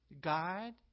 God